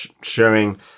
Showing